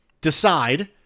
decide